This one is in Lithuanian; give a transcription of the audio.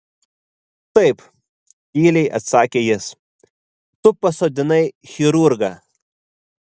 taip tyliai atsakė jis tu pasodinai chirurgą